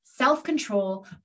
self-control